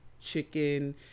chicken